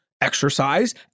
exercise